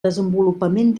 desenvolupament